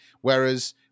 Whereas